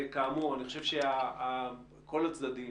אני חושב שכל הצדדים